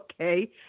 okay